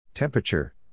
Temperature